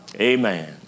Amen